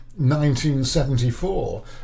1974